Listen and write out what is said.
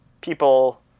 people